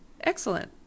Excellent